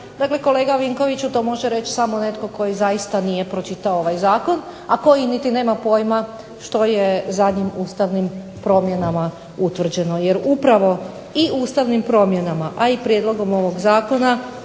kolega Vinkoviću to može reći samo netko tko zaista nije pročitao ovaj zakon, a koji niti nema pojma što je zadnjim ustavnim promjenama utvrđeno jer upravo i ustavnim promjenama, a i prijedlogom ovoga zakona